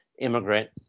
immigrant